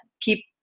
keep